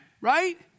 right